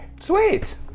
Sweet